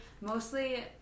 Mostly